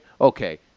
Okay